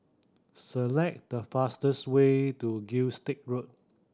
select the fastest way to Gilstead Road